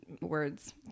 words